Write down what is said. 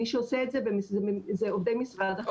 מי שעושה את זה, זה עובדי משרד החינוך.